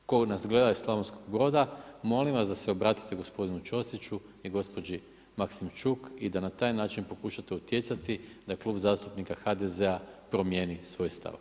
Tko nas gleda iz Slavonskog Broda molim vas da se obratite gospodinu Čosiću i gospođi Maksimčuk i da na taj način pokušate utjecati da Klub zastupnika HDZ-a promijeni svoj stav.